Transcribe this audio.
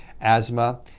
Asthma